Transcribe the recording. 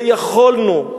ויכולנו,